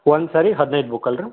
ಒಂದು ಸರ್ತಿ ಹದಿನೈದು ಬುಕ್ ಅಲ್ರಿ